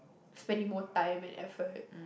spending more time and effort